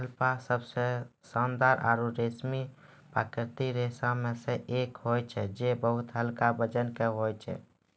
alpaca सबसें शानदार आरु रेशमी प्राकृतिक रेशा म सें एक होय छै जे बहुत हल्का वजन के होय छै